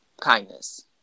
kindness